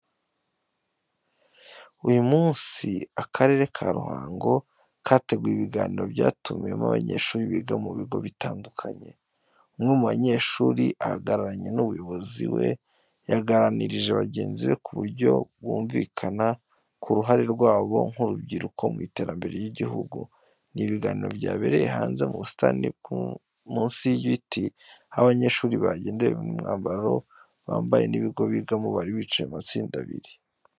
Uyu munsi, Akarere ka Ruhango kateguye ibiganiro byatumiwemo abanyeshuri biga mu bigo bitandukanye. Umwe mu banyeshuri ahagararanye n'umuyobozi we, yaganirije bagenzi be mu buryo bwumvikana, ku ruhare rwabo nk'urubyiruko mu iterambere ry'igihugu. Ni ibiganiro byabereye hanze mu busitani munsi y'ibiti, aho abanyeshuri hagendewe ku myambaro bambaye n'ibigo bigamo, bari bicaye mu matsinda abiri.